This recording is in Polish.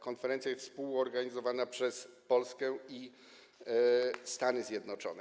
Konferencja jest współorganizowana przez Polskę i Stany Zjednoczone.